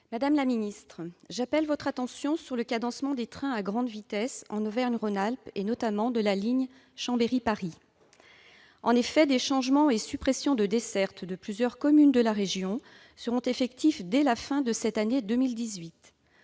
Madame la secrétaire d'État, j'appelle votre attention sur le cadencement des trains à grande vitesse en Auvergne-Rhône-Alpes, notamment sur la ligne Chambéry-Paris. En effet, des changements et des suppressions de desserte de plusieurs communes de la région seront effectifs dès la fin de cette année.